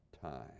time